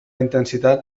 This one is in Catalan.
intensitat